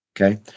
Okay